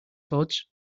codes